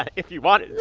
ah if you wanted to.